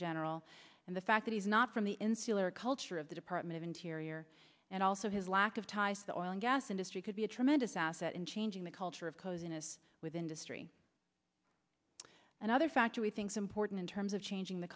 general and the fact that he's not from the insular culture of the department of interior and also his lack of ties that oil and gas industry could be a tremendous asset in changing the culture of coziness with industry and other factory things important in terms of changing the